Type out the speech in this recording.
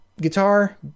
guitar